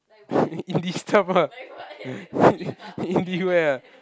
Indie Indie where ah